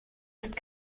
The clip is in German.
ist